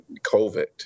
COVID